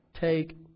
take